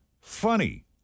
funny